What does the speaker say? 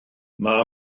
mae